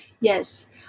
Yes